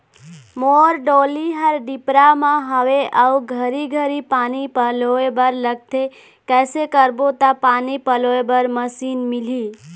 मोर डोली हर डिपरा म हावे अऊ घरी घरी पानी पलोए बर लगथे कैसे करबो त पानी पलोए बर मशीन मिलही?